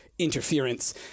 interference